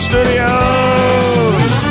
Studios